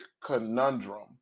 conundrum